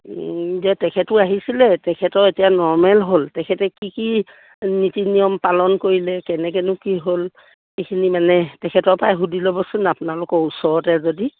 যে তেখেতো আহিছিলে তেখেতৰ এতিয়া নৰ্মেল হ'ল তেখেতে কি কি নীতি নিয়ম পালন কৰিলে কেনেকেনো কি হ'ল সেইখিনি মানে তেখেতৰ পৰাই সুধি ল'বচোন আপোনালোকৰ ওচৰতে যদি